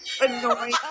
annoying